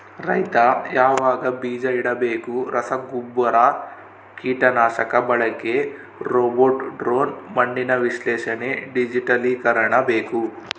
ರೈತ ಯಾವಾಗ ಬೀಜ ಇಡಬೇಕು ರಸಗುಬ್ಬರ ಕೀಟನಾಶಕ ಬಳಕೆ ರೋಬೋಟ್ ಡ್ರೋನ್ ಮಣ್ಣಿನ ವಿಶ್ಲೇಷಣೆ ಡಿಜಿಟಲೀಕರಣ ಬೇಕು